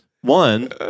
One